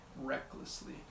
recklessly